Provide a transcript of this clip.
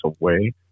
away